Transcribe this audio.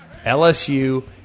LSU